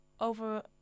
over